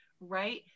right